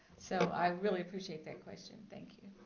so i really appreciate that question. thank you.